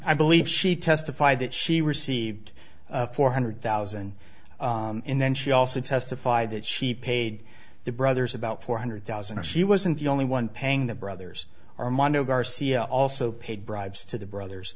i believe she testified that she received four hundred thousand and then she also testified that she paid the brothers about four hundred thousand she wasn't the only one paying the brothers armando garcia also paid bribes to the brothers